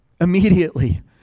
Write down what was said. Immediately